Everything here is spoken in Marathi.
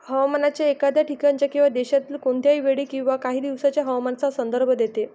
हवामान एखाद्या ठिकाणाच्या किंवा देशातील कोणत्याही वेळी किंवा काही दिवसांच्या हवामानाचा संदर्भ देते